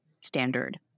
standard